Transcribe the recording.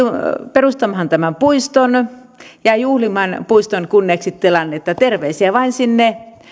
perustamaan tämän puiston ja juhlimaan puiston kunniaksi tilannetta terveisiä vain sinne